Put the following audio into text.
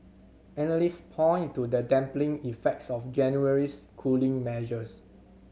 analyst point to the dampening effects of January's cooling measures